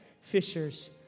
fishers